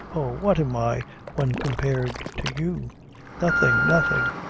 oh, what am i when compared to you nothing nothing.